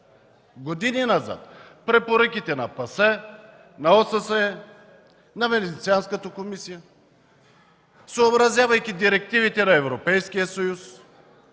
години назад, с препоръките на ПАСЕ, на ОССЕ, на Венецианската комисия, съобразявайки се с директивите на Европейския съюз,